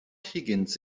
higgins